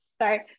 sorry